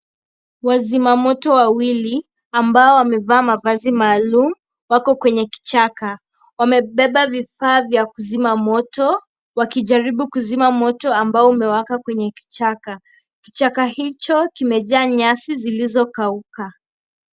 Wazimamoto wawili ambao wamevaa mavazi maalum wako kwenye kichaka. Wamebeba vifaa vya kuzima moto wakijaribu kuzima moto ambao umewaka kwenye kichaka. Kichaka hicho kimejaa nyasi zilizokauka.